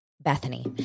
Bethany